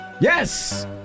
Yes